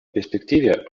перспективе